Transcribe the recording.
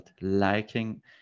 liking